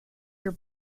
your